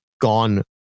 gone